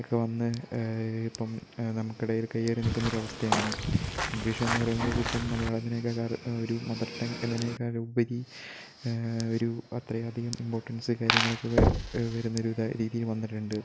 ഒക്കെ വന്ന് ഇപ്പം നമുക്കിടയിൽ കയറി നിൽക്കുന്ന ഒരവസ്ഥയാണ് ഇംഗ്ലീഷ് എന്ന് പറയുന്നത് ഇപ്പം മലയാളത്തിനെയൊക്കെ കാൾ ഒരു മതർ ടംഗ് എന്നതിനേക്കാൾ ഉപരി ഒരു അത്രയും അധികം ഇമ്പോർട്ടൻസ് കാര്യങ്ങളൊക്കെ വെ വരുന്നൊരു രീതിയിൽ വന്നിട്ടുണ്ട്